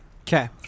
Okay